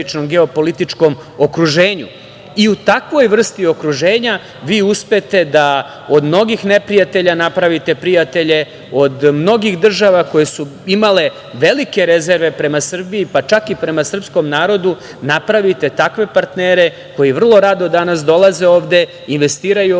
geopolitičkom okruženju i u takvoj vrsti okruženja vi uspete da od mnogih neprijatelja napravite prijatelje, od mnogih država koje su imale velike rezerve prema Srbiji, pa čak i prema srpskom narodu napravite takve partnere koji vrlo rado danas dolaze ovde, investiraju